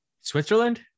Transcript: Switzerland